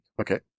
Okay